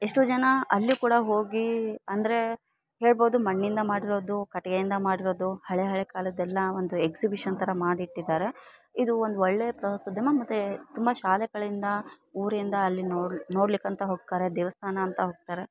ಎಷ್ಟೊ ಜನ ಅಲ್ಲಿ ಕೂಡ ಹೋಗಿ ಅಂದರೆ ಹೇಳ್ಬೋದು ಮಣ್ಣಿಂದ ಮಾಡಿರೋದು ಕಟ್ಗೆಯಿಂದ ಮಾಡಿರೋದು ಹಳೆ ಹಳೆ ಕಾಲದ್ದೆಲ್ಲ ಒಂದು ಎಗ್ಸಿಬಿಷನ್ ಥರ ಮಾಡಿಟ್ಟಿದ್ದಾರೆ ಇದು ಒಂದು ಒಳ್ಳೆಯ ಪ್ರವಾಸೋದ್ಯಮ ಮತ್ತು ತುಂಬಾ ಶಾಲೆಗಳಿಂದ ಊರಿಂದ ಅಲ್ಲಿ ನೋಡ್ಲ ನೋಡ್ಲಿಕ್ಕಂತ ಹೊಕ್ಕರೆ ದೇವಸ್ಥಾನ ಅಂತ ಹೋಗ್ತಾರೆ